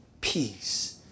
peace